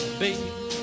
baby